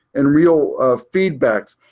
and real feedbacks.